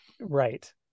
Right